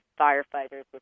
firefighters